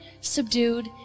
subdued